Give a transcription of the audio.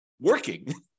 working